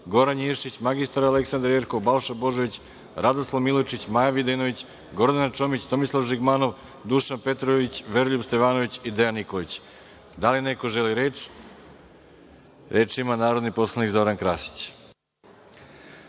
Goran Ješić, mr Aleksandra Jerkov, Balša Božović, Radoslav Milojičić, Maja Videnović, Gordana Čomić, Tomislav Žigmanov, Dušan Petrović, Veroljub Stevanović i Dejan Nikolić. Da li neko želi reč? Reč ima narodni poslanik Zoran Krasić.